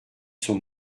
sont